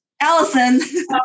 Allison